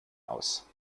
aus